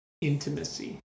intimacy